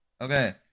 Okay